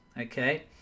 Okay